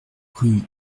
rue